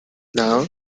now